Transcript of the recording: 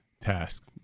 task